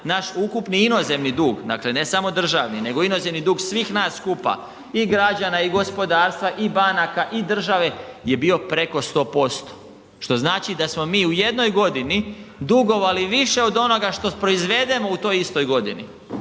naš ukupni inozemni dug, dakle ne samo državni nego inozemni dug svih nas skupa i građana i gospodarstva i banaka i države je bio preko 100%. Što znači da smo mi u jednog godini dugovali više od onoga što proizvedemo u toj istoj godini,